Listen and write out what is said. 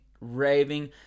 raving